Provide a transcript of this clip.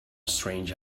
strange